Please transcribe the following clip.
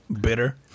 Bitter